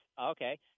Okay